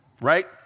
right